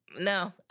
no